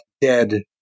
dead